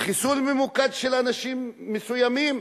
חיסול ממוקד של אנשים מסוימים,